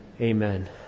Amen